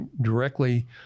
directly